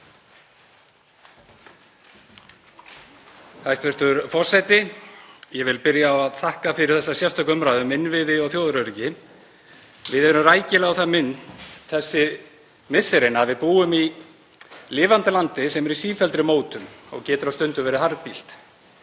Hæstv. forseti. Ég vil byrja á að þakka fyrir þessa sérstöku umræðu um innviði og þjóðaröryggi. Við erum rækilega minnt á það þessi misserin að við búum í lifandi landi sem er í sífelldri mótun og getur á stundum verið harðbýlt.